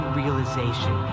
realization